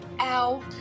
Ow